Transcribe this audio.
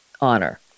honor